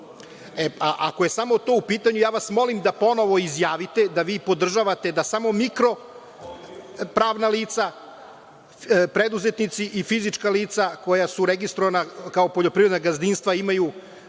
Ako je samo to u pitanju, ja vas molim da ponovo izjavite da vi podržavate da samo mikro pravna lica, preduzetnici i fizička lica koja su registrovana kao poljoprivredna gazdinstva imaju